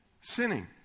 sinning